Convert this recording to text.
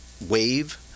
wave